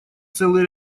целый